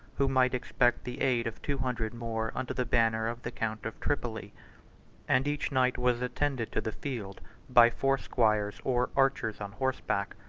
who might expect the aid of two hundred more under the banner of the count of tripoli and each knight was attended to the field by four squires or archers on horseback.